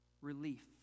Relief